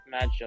matchup